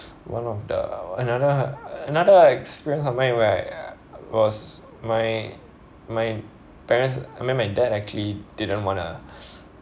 one of the another another experience something where was my my parents I mean my dad actually didn't wanna